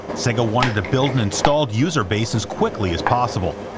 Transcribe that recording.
sega wanted to build an installed user base as quickly as possible.